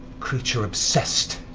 creature obsessed,